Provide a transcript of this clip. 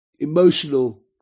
emotional